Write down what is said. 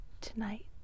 Tonight